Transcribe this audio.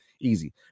easy